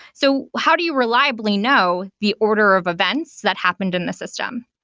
so how do you reliably know the order of events that happened in the system?